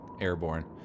airborne